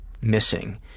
missing